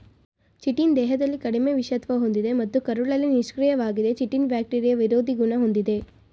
chitin ದೇಹದಲ್ಲಿ ಕಡಿಮೆ ವಿಷತ್ವ ಹೊಂದಿದೆ ಮತ್ತು ಕರುಳಲ್ಲಿ ನಿಷ್ಕ್ರಿಯವಾಗಿದೆ ಚಿಟಿನ್ ಬ್ಯಾಕ್ಟೀರಿಯಾ ವಿರೋಧಿ ಗುಣ ಹೊಂದಿದೆ